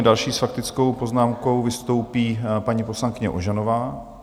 Další s faktickou poznámkou vystoupí paní poslankyně Ožanová.